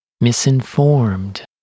misinformed